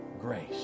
Grace